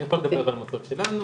אני יכול לדבר על המוסדות שלנו,